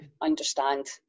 understand